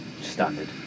Standard